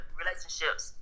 relationships